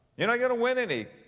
you're not going to win any,